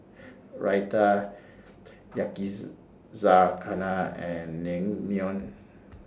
Raita and Naengmyeon